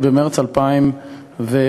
(שמירת זכויות בשל אלימות בן-זוג),